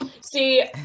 See